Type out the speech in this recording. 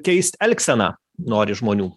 keist elgseną nori žmonių